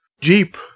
Jeep